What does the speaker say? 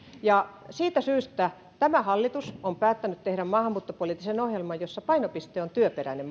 ja siitä syystä tämä hallitus on päättänyt tehdä maahanmuuttopoliittisen ohjelman jossa painopisteenä on työperäinen